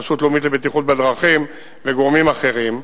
הרשות הלאומית לבטיחות בדרכים וגורמים אחרים,